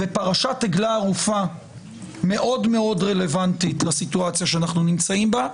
פרשת עגלה ערופה מאוד מאוד רלוונטית לסיטואציה שאנחנו נמצאים בה.